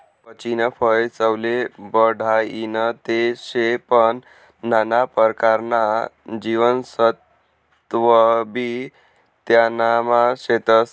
पीचनं फय चवले बढाईनं ते शे पन नाना परकारना जीवनसत्वबी त्यानामा शेतस